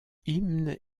hymne